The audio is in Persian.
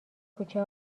کوچه